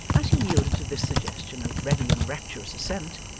as he yielded to this suggestion a ready and rapturous assent,